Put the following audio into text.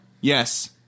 Yes